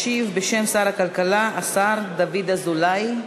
ישיב בשם שר הכלכלה השר דוד אזולאי.